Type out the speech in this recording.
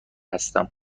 هستم